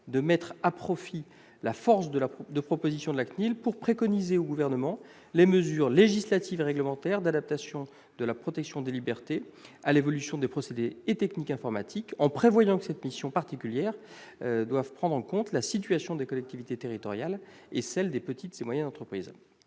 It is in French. de mettre à profit la force de proposition de la CNIL pour suggérer au Gouvernement les mesures législatives et réglementaires d'adaptation de la protection des libertés à l'évolution des procédés et techniques informatiques, en prévoyant que cette mission particulière doive prendre en compte la situation des collectivités territoriales et celle des petites et moyennes entreprises.